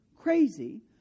crazy